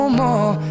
more